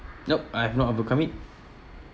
nope I have not overcome it